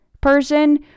person